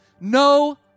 no